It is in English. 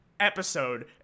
episode